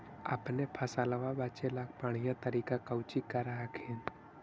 अपने फसलबा बचे ला बढ़िया तरीका कौची कर हखिन?